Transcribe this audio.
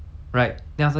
so government earn money